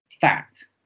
Fact